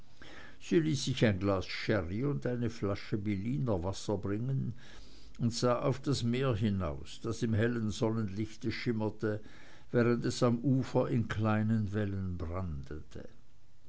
ein glas sherry und eine flasche biliner wasser bringen und sah auf das meer hinaus das im hellen sonnenlichte schimmerte während es am ufer in kleinen wellen brandete